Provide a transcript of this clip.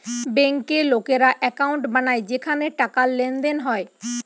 বেঙ্কে লোকেরা একাউন্ট বানায় যেখানে টাকার লেনদেন হয়